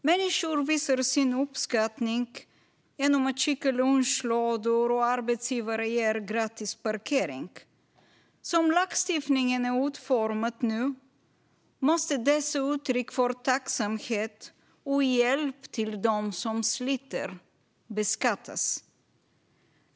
Människor visar sin uppskattning genom att skicka lunchlådor, och arbetsgivare ger gratis parkering. Som lagstiftningen är utformad nu måste dessa utryck för tacksamhet och hjälp till dem som sliter beskattas.